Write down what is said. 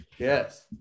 Yes